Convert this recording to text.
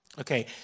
Okay